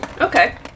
Okay